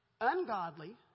ungodly